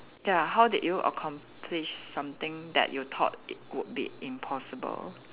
ya how did you accomplish something that you thought it would be impossible